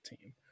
team